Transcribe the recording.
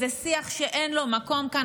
זה שיח שאין לו מקום כאן,